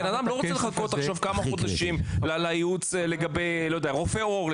בן-אדם לא רוצה לחכות כמה חודשים לייעוץ לגבי רופא עור,